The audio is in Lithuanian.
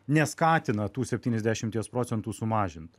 neskatina tų septyniasdešimties procentų sumažint